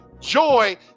joy